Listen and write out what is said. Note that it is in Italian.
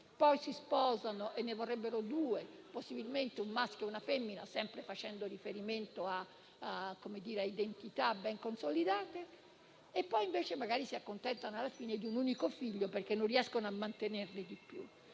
poi si sposano e ne vorrebbero due, possibilmente un maschio e una femmina, sempre facendo riferimento a identità ben consolidate, e poi invece si accontentano di un unico figlio, perché non riescono a mantenerne di più.